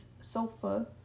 sofa